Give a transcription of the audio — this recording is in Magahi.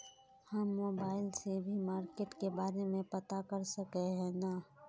हम मोबाईल से भी मार्केट के बारे में पता कर सके है नय?